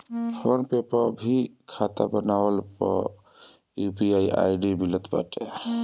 phone पे पअ भी खाता बनवला पअ यू.पी.आई आई.डी मिलत बाटे